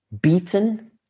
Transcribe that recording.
Beaten